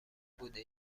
بوده